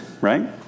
Right